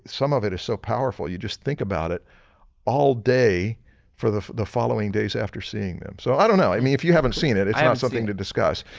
some of it is so powerful you just think about it all day for the the following days after seeing them. so i don't know, i mean if you haven't seen it, it's not something to discuss.